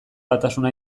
batasuna